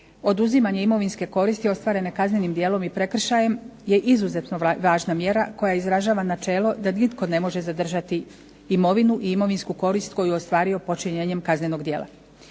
Oduzimanje imovinske koristi oduzimanjem kaznenim dijelom i prekršajem je izuzetno važna mjera koja izražava načelo da nitko ne može zadržati imovinu i imovinsku korist koju je ostvario počinjenjem kaznenog djela.